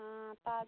ताज